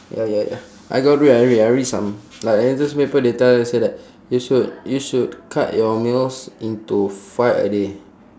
ya ya ya I got read I read I read some like in newspaper they tell you say that you should you should cut your meals into five a day